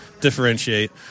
Differentiate